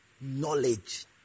knowledge